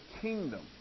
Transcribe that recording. kingdom